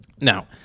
Now